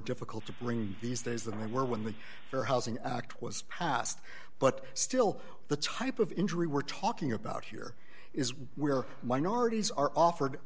difficult to bring these days than they were when the fair housing act was passed but still the type of injury we're talking about here is one where minorities are offered